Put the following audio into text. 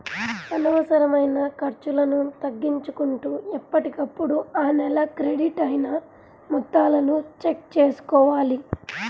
అనవసరమైన ఖర్చులను తగ్గించుకుంటూ ఎప్పటికప్పుడు ఆ నెల క్రెడిట్ అయిన మొత్తాలను చెక్ చేసుకోవాలి